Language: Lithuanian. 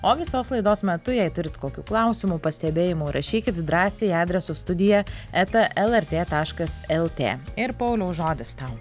o visos laidos metu jei turit kokių klausimų pastebėjimų rašykit drąsiai adresu studija eta lrt taškas lt ir pauliau žodis tau